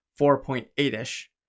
4.8-ish